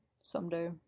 someday